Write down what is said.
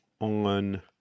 on